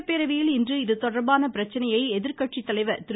சட்டப்பேரவையில் இன்று இதுதொடர்பான பிரச்சனையை எதிர்கட்சி தலைவர் திரு